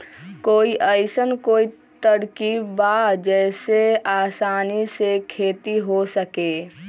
कोई अइसन कोई तरकीब बा जेसे आसानी से खेती हो सके?